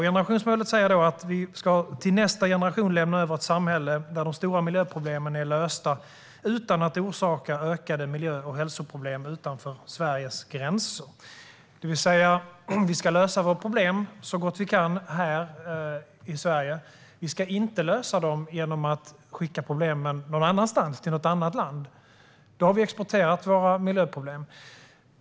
Generationsmålet säger att vi till nästa generation ska lämna över ett samhälle där de stora miljöproblemen är lösta, utan att orsaka ökade miljö och hälsoproblem utanför Sveriges gränser. Det vill säga, vi ska lösa våra problem så gott vi kan här i Sverige. Vi ska inte lösa våra problem genom att skicka dem någon annanstans, till något annat land. I så fall har vi ju exporterat våra miljöproblem.